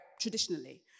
Traditionally